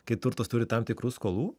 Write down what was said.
kai turtas turi tam tikrų skolų